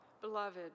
Beloved